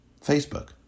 Facebook